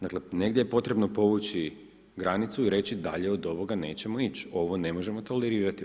Dakle, negdje je potrebno povući granicu i reći dalje od ovoga nećemo ić, ovo ne možemo tolerirati.